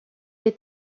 des